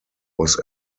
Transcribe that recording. was